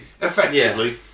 Effectively